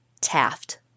Taft